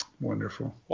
Wonderful